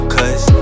Cause